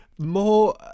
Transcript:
more